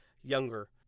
younger